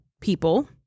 people